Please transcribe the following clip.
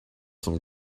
some